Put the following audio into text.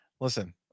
Listen